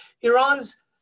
Iran's